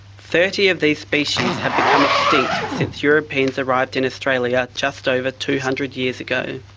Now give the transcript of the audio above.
thirty of these species have become extinct since europeans arrived in australia just over two hundred years ago.